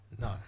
No